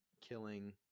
killing